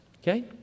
okay